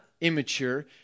immature